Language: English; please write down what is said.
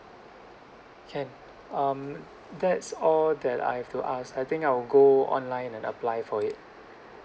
can um that's all that I've to ask I think I'll go online and apply for it